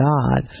God